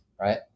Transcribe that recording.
Right